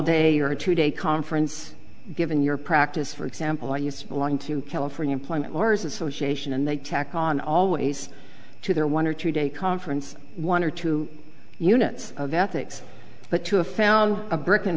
day or two day conference given your practice for example i used to belong to california plummet lawyers association and they tack on always to their one or two day conference one or two units of ethics but to a found a brick and